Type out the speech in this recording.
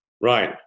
Right